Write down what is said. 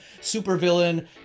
supervillain